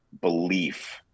belief